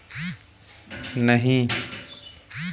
क्या निवेश में कोई जोखिम है?